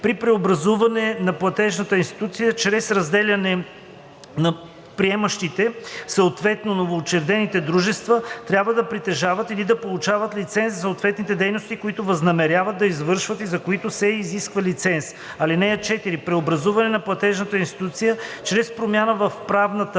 При преобразуване на платежна институция чрез разделяне приемащите, съответно новоучредените дружества, трябва да притежават или да получат лиценз за съответните дейности, които възнамеряват да извършват и за които се изисква лиценз. (4) Преобразуване на платежна институция чрез промяна в правната